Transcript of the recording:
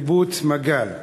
קיבוץ מגל.